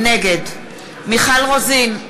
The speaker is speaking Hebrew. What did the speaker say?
נגד מיכל רוזין,